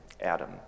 Adam